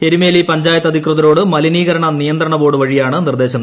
എരുമേലി പഞ്ചായത്ത് അധികൃതരോട് മലിനീകരണ നിയന്ത്രണ ബോർഡ് വഴിയാണ് നിർദ്ദേശം